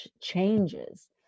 changes